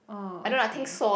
orh okay